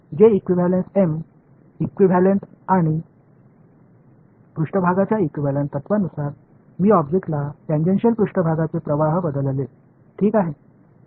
J equivalent M equivalent மற்றும் surface equivalent கொள்கையில் நான் பொருளை டான்ஜென்ஷியல் மேற்பரப்பு மின்னோட்டங்களால் மாற்றினேன்